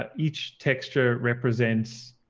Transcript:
ah each texture represents